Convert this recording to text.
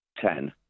ten